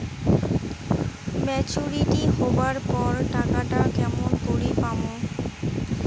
Maturity হবার পর টাকাটা কেমন করি পামু?